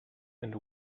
and